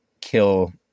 kill